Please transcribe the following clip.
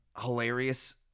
hilarious